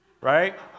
right